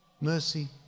mercy